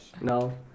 No